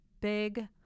Big